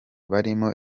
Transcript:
barimo